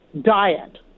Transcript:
diet